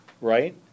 Right